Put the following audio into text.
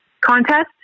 contest